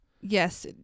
Yes